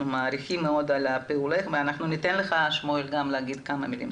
אנחנו מעריכים מאוד את פועלך וניתן לך לומר כמה מילים.